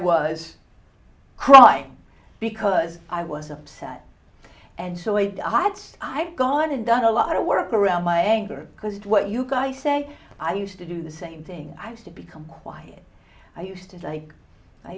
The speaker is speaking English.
was crying because i was upset and so it dots i've gone and done a lot of work around my anger because what you can i say i used to do the same thing i was to become quiet i used to like i